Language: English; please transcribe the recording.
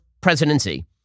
presidency